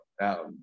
now